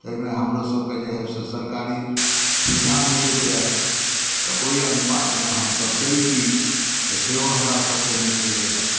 तैमे हमरो सभके जे हइ सरकारी सुविधा मिलैत रहै तऽ ओइ अनुपातमे हमसभ चैलती तऽ सेहो हमरा सभके नहि मिलै हइ